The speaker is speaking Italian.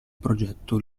progetto